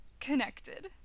connected